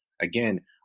again